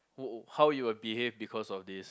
who how you would behave because of this